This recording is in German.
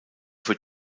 für